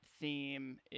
theme